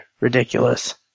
ridiculous